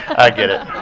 i get it.